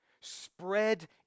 spread